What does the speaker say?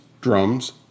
drums